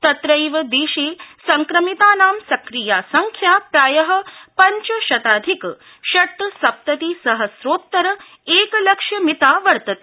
तंत्रैव देशे संक्रमितानाम् सक्रिया संख्या प्राय पंचशताधिक षटसप्तति सहस्रोत्तर एकलक्ष्य मिता वर्तते